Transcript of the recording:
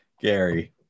Gary